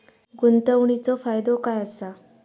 गुंतवणीचो फायदो काय असा?